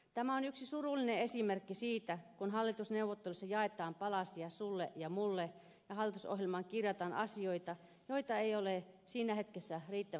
tämä on yksi surullinen esimerkki siitä kun hallitusneuvotteluissa jaetaan palasia sulle ja mulle ja hallitusohjelmaan kirjataan asioita joita ei ole siinä hetkessä riittävästi selvitetty